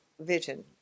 vision